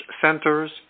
centers